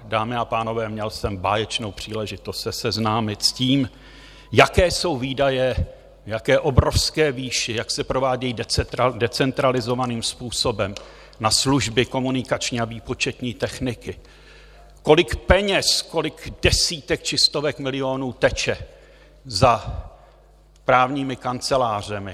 Dámy a pánové, měl jsem báječnou příležitost se seznámit s tím, jaké jsou výdaje, v jaké obrovské výši, jak se provádějí decentralizovaným způsobem na služby komunikační a výpočetní techniky, kolik peněz, kolik desítek či stovek milionů teče za právními kancelářemi.